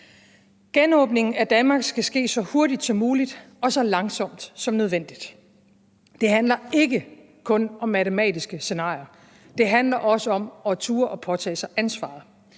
Genåbningen af Danmark skal ske så hurtigt som muligt og så langsomt som nødvendigt. Det handler ikke kun om matematiske scenarier, det handler også om at turde at påtage sig ansvaret,